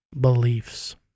beliefs